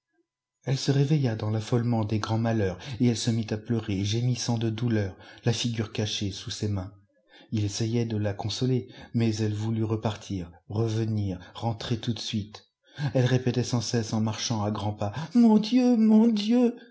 elle se réveilla dans l'affolement des grands malheurs et elle se mit à pleurer gémissant de douleur la figure cachée sous ses mains ii essayait de ta consoler mais elle voulut repartir revenir rentrer tout de suite elle répétait sans cesse en marchant à grands pas mon dieu mon dieu